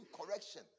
correction